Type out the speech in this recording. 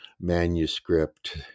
manuscript